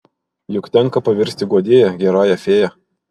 juk tenka pavirsti guodėja gerąją fėja